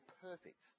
perfect